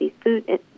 food